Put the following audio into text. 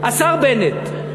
השר בנט.